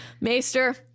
Maester